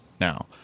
now